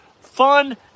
fun